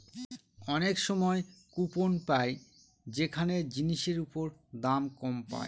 অনেক সময় কুপন পাই যেখানে জিনিসের ওপর দাম কম পায়